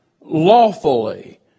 lawfully